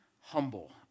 humble